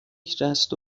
جست